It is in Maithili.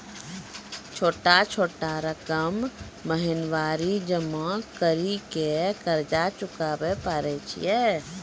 छोटा छोटा रकम महीनवारी जमा करि के कर्जा चुकाबै परए छियै?